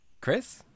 Chris